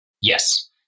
Yes